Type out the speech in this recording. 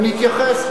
ונתייחס.